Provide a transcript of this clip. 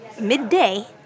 midday